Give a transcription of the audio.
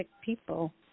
people